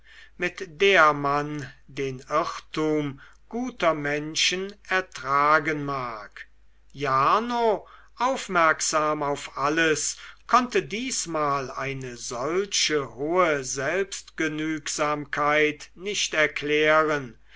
mit der man den irrtum guter menschen ertragen mag jarno aufmerksam auf alles konnte diesmal eine solche hohe selbstgenügsamkeit nicht erklären